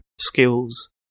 skills